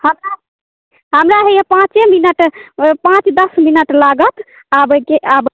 हमरा हमरा होइए पाँचे मिनट पाँच दस मिनट लागत आबैके आयब